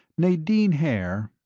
nadine haer,